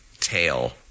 tail